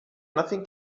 nothing